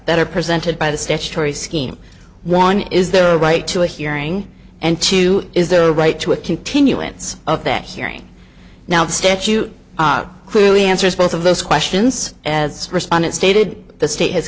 that are presented by the statutory scheme one is their right to a hearing and two is their right to a continuance of that hearing now the statute clearly answers both of those questions as respondent stated the state has